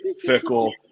fickle